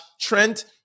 Trent